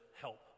help